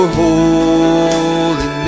holy